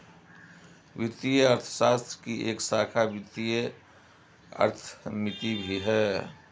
वित्तीय अर्थशास्त्र की एक शाखा वित्तीय अर्थमिति भी है